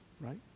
right